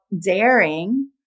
daring